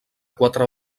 quatre